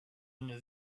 une